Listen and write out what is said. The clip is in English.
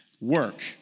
Work